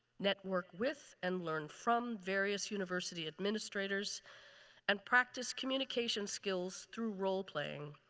network with and learn from various university administrators and practice communication skills through role-playing.